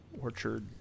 orchard